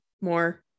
more